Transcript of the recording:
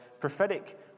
prophetic